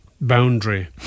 boundary